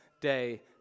day